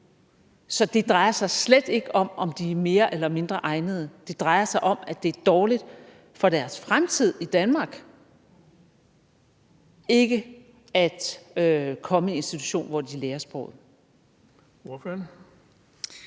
Så det drejer sig slet ikke om, om man er mere eller mindre egnet. Det drejer sig om, at det er dårligt for børnenes fremtid i Danmark ikke at komme i en institution, hvor de lærer